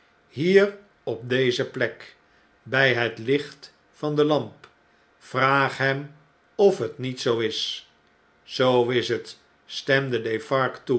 hier op deze plek bij het licht van de lamp vraag hem of het niet zoo is zoo is het stemde